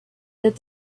that